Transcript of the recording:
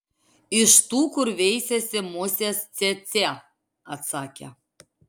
iš tų kur veisiasi musės cėcė atsakė